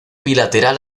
bilateral